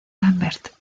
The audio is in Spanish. lambert